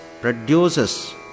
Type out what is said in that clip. produces